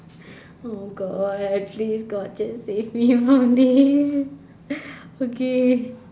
oh god please god just save me from this okay